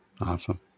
Awesome